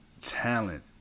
talent